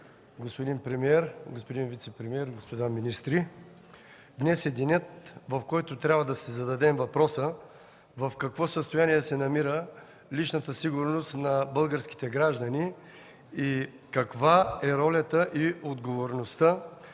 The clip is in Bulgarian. господин министър, господин вицепремиер, господа министри! Днес е денят, в който трябва да си зададем въпроса в какво състояние се намира личната сигурност на българските граждани и каква е ролята и отговорността